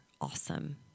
awesome